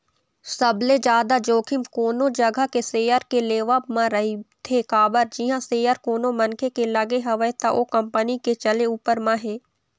सबले जादा जोखिम कोनो जघा के सेयर के लेवब म रहिथे काबर जिहाँ सेयर कोनो मनखे के लगे हवय त ओ कंपनी के चले ऊपर म हे